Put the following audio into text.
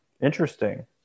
interesting